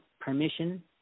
permission